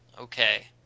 Okay